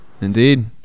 Indeed